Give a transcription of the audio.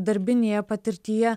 darbinėje patirtyje